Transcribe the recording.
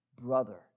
brother